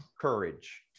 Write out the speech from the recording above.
courage